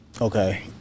Okay